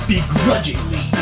begrudgingly